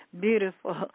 beautiful